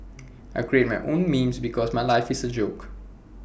I create my own memes because my life is A joke